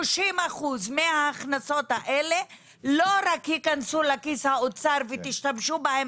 30% מההכנסות האלה לא רק יכנסו לכיס האוצר ותשמשו בהם